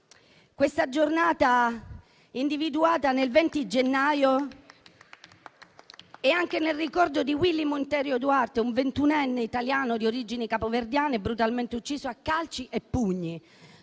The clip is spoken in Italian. Questa Giornata, individuata nel 20 gennaio, è anche nel ricordo di Willy Monteiro Duarte, un ventunenne italiano di origini capoverdiane brutalmente ucciso a calci e pugni